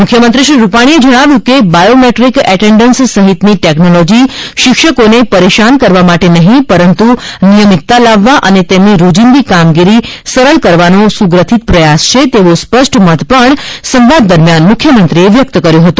મુખ્યમંત્રી શ્રી રૂપાણીએ જણાવ્યું કે બાયોમેટ્રિક એટેન્ડસ સહિતની ટેકનોલોોજી શિક્ષકોન પરેશાન કરવા માટે નહીં પરંતુ નિયમીતતા લાવવા અને તેમની રોજિંદી કામગીરી સરળ કરવાનો સુગ્રથિત પ્રયાસ છે તેવો સ્પષ્ટ મત પણ સંવાદ દરમિયાન વ્યક્ત કર્યો હતો